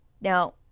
Now